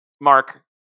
Mark